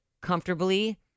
comfortably